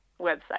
Website